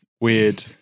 weird